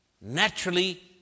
naturally